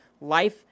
life